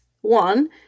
one